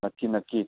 नक्की नक्की